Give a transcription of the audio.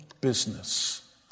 business